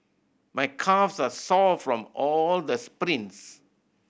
my calves are sore from all the sprints